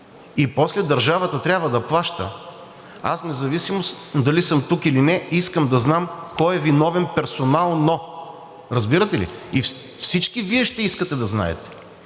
и после държавата трябва да плаща, аз, независимо дали съм тук или не, искам да знам кой е виновен персонално. Разбирате ли? И всички Вие ще искате да знаете,